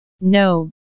no